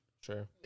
Sure